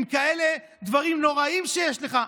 עם כאלה דברים נוראיים שיש לך,